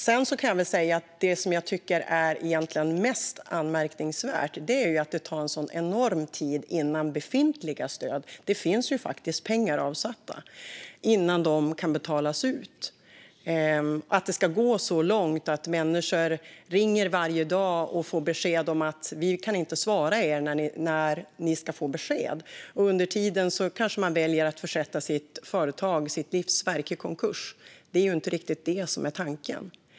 Det som jag egentligen tycker är mest anmärkningsvärt är att det tar en sådan enorm tid innan befintliga stöd kan betalas ut - det finns ju faktiskt pengar avsatta - och att det ska gå så långt att människor ringer varje dag och får beskedet att man inte kan svara på när de ska få besked. Under tiden kanske de väljer att försätta sitt företag, sitt livsverk, i konkurs. Det är ju inte riktigt det som är tanken.